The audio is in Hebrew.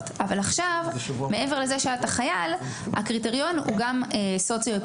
אבל עכשיו מעבר לזה שאתה חייל הקריטריון הוא גם סוציו-אקונומי,